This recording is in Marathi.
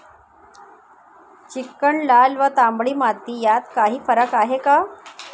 चिकण, लाल व तांबडी माती यात काही फरक आहे का?